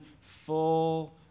full